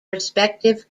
respective